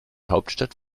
hauptstadt